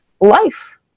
life